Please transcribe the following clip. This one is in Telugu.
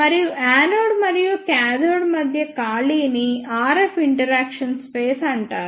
మరియు యానోడ్ మరియు కాథోడ్ మధ్య ఖాళీని RF ఇంటరాక్షన్ స్పేస్ అంటారు